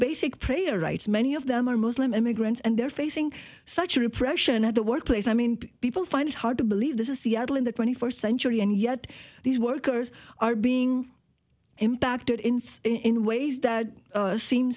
basic prayer rights many of them are muslim immigrants and they're facing such repression at the workplace i mean people find it hard to believe this is seattle in the twenty first century and yet these workers are being impacted in so in ways that seem